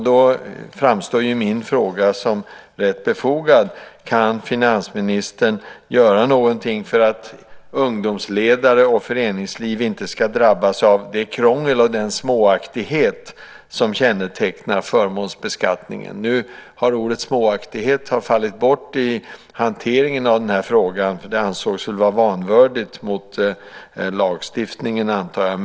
Då framstår min fråga som rätt befogad. Kan finansministern göra någonting för att ungdomsledare och föreningsliv inte ska drabbas av det krångel och den småaktighet som kännetecknar förmånsbeskattningen? Ordet "småaktighet" har fallit bort i hanteringen av den här frågan. Det ansågs väl vara vanvördigt mot lagstiftningen, antar jag.